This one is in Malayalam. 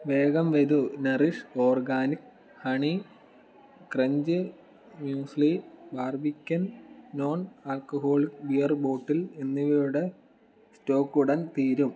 വേഗം വരൂ nourish organic honey crunch muesli Barbican non alcoholic beer bottle എന്നിവയുടെ സ്റ്റോക്ക് ഉടൻ തീരും